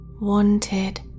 wanted